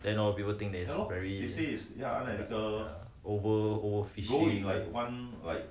then hor people think that it's very ya overfishing